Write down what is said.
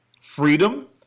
freedom